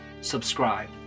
subscribe